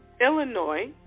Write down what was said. Illinois